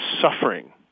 suffering